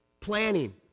planning